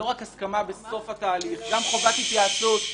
לא רק הסכמה בסוף התהליך אלא גם חובת התייעצות --- ששש,